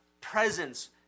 presence